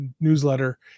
newsletter